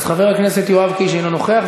חבר הכנסת יואב קיש, אינו נוכח.